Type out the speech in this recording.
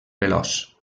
veloç